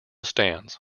stands